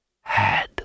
Had